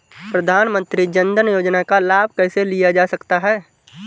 प्रधानमंत्री जनधन योजना का लाभ कैसे लिया जा सकता है?